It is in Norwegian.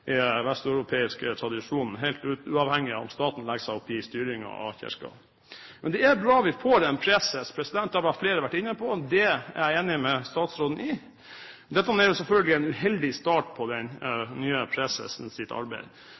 helt uavhengig av om staten legger seg opp i styringen av Kirken. Men det er bra vi får en preses. Det har flere vært inne på, og det er jeg enig med statsråden i. Dette er selvfølgelig en uheldig start på den nye presesens arbeid.